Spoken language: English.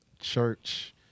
Church